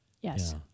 Yes